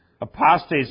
Apostates